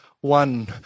one